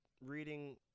reading